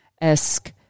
esque